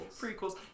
Prequels